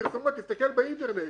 בפרסומות תסתכל באינטרנט